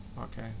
Okay